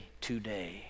today